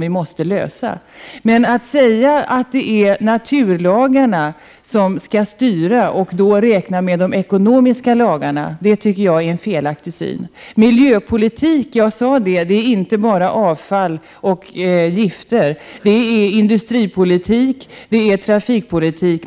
vi måste lösa. Men att säga att det är naturlagarna som skall styra och då räkna med de ekonomiska lagarna, det är en felaktig syn. Miljöpolitik är, som jag sade, inte bara avfall och gifter. Det är industripolitik, trafikpolitik osv.